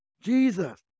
Jesus